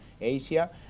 Asia